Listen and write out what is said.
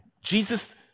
Jesus